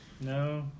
No